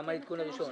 גם העדכון הראשון.